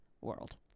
world